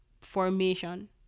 formation